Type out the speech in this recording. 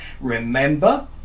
Remember